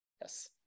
yes